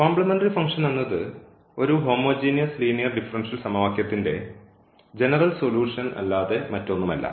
complementary function എന്നത് ഒരു homogeneous linear differential സമവാക്യത്തിന്റെ ജനറൽ സൊലൂഷൻ അല്ലാതെ മറ്റൊന്നുമല്ല